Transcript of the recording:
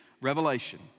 Revelation